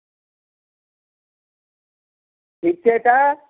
ठीक छै तऽ